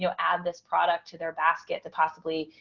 you know add this product to their basket to possibly,